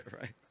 right